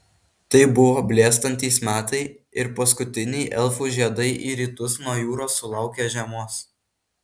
tai buvo blėstantys metai ir paskutiniai elfų žiedai į rytus nuo jūros sulaukė žiemos